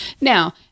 now